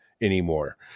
anymore